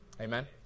Amen